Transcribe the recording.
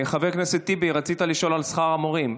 חבר הכנסת טיבי, רצית לשאול על שכר המורים.